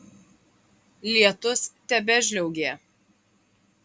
lietus tebežliaugė